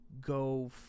go